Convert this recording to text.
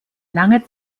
lange